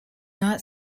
not